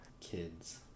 Kids